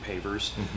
pavers